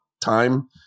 time